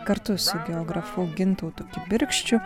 kartu su geografu gintautu kibirkščiu